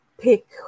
pick